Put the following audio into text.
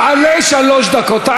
תעלה לשלוש דקות.